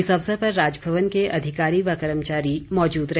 इस अवसर पर राजभवन के अधिकारी व कर्मचारी मौजूद रहे